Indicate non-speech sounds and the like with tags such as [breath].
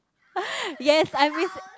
[breath] yes I miss